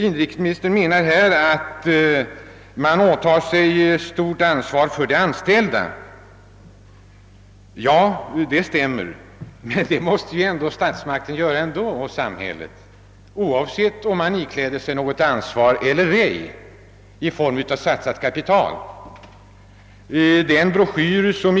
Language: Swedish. Inrikesministern menar nu att statsmakterna påtar sig ett stort ansvar för de anställda, och det är alldeles riktigt. Men det måste samhället göra alldeles oavsett om staten ikläder sig några förpliktelser i form av satsat kapital eller inte.